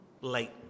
late